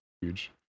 huge